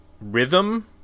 rhythm